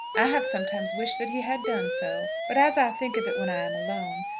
i have sometimes wished that he had done so. but as i think of it when i am alone,